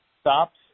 stops